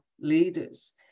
leaders